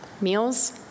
Meals